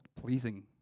pleasing